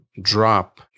drop